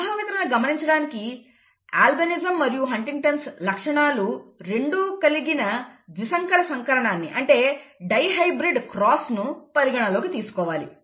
సంభావ్యతలను గమనించడానికి అల్బినిజం మరియు హంటింగ్టన్'స్ లక్షణాలు రెండు కలిగిన ద్విసంకర సంకరణాన్ని అంటే డై హైబ్రిడ్ క్రాస్ ను పరిగణలోకి తీసుకోవాలి